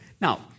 Now